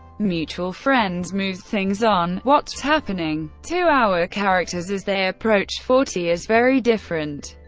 mutual friends moves things on what's happening to our characters as they approach forty is very different.